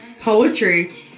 poetry